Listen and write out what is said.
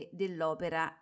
dell'opera